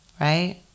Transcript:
right